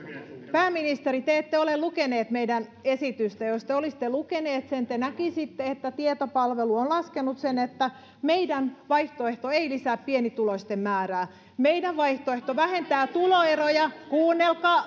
pääministeri te ette ole lukenut meidän esitystä jos te olisitte lukenut sen te näkisitte että tietopalvelu on laskenut sen että meidän vaihtoehto ei lisää pienituloisten määrää meidän vaihtoehto vähentää tuloeroja kuunnelkaa